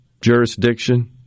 jurisdiction